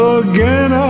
again